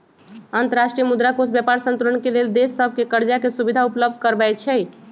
अंतर्राष्ट्रीय मुद्रा कोष व्यापार संतुलन के लेल देश सभके करजाके सुभिधा उपलब्ध करबै छइ